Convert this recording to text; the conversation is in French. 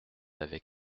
avec